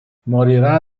morirà